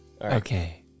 Okay